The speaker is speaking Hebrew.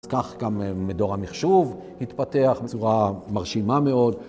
אז כך גם מדור המחשוב התפתח בצורה מרשימה מאוד.